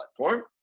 platform